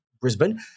Brisbane